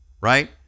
right